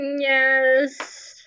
Yes